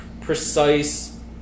precise